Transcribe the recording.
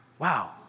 Wow